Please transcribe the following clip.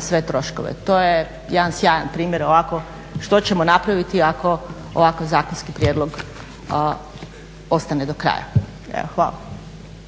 sve troškove. To je jedan sjajan primjer ovako što ćemo napraviti ako ovakav zakonski prijedlog ostane do kraja. Evo,